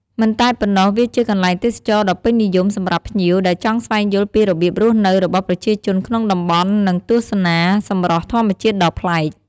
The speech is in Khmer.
មិនតែប៉ុណ្ណោះវាជាកន្លែងទេសចរណ៍ដ៏ពេញនិយមសម្រាប់ភ្ញៀវដែលចង់ស្វែងយល់ពីរបៀបរស់នៅរបស់ប្រជាជនក្នុងតំបន់និងទស្សនាសម្រស់ធម្មជាតិដ៏ប្លែក។